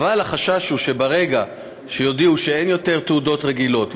אבל החשש הוא שברגע שיודיעו שאין יותר תעודות רגילות,